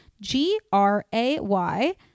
G-R-A-Y